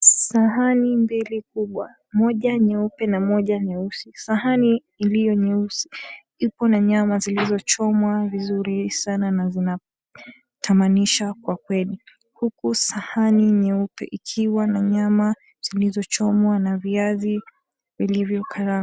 Sahani mbili kubwa, moja nyeupe na moja nyeusi. Sahani iliyo nyeusi ipo na nyama zilizochomwa vizuri sana na zinatamanisha kwa kweli. Huku sahani nyeupe ikiwa na nyama zilizochomwa na viazi vilivyo karangwa.